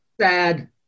Sad